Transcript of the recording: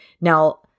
Now